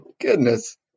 goodness